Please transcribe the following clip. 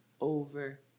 over